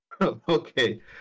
Okay